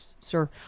sir